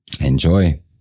enjoy